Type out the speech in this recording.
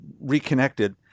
reconnected